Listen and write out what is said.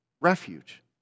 refuge